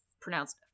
pronounced